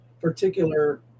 particular